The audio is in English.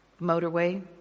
motorway